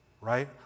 Right